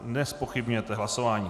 Nezpochybňujete hlasování.